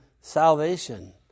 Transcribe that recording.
salvation